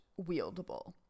wieldable